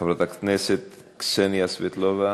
חברת הכנסת קסניה סבטלובה,